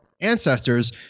ancestors